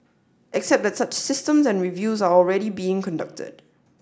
except that such systems and reviews are already being conducted